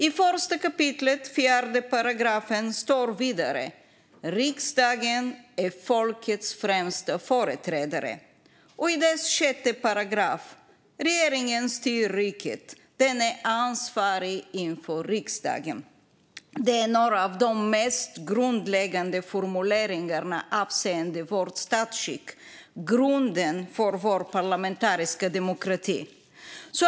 I 1 kap. 4 § står att riksdagen är folkets främsta företrädare. I 6 § står att regeringen styr riket och att den är ansvarig inför riksdagen. Detta är några av de mest grundläggande formuleringarna avseende vårt statsskick och grunden för vår parlamentariska demokrati.